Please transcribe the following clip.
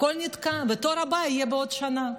הכול נתקע, והתור הבא יהיה בעוד שנה.